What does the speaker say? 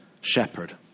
shepherd